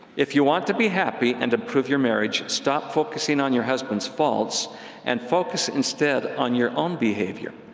if you want to be happy and improve your marriage, stop focusing on your husband's faults and focus instead on your own behavior.